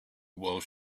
while